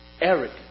Eric